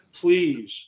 please